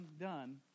done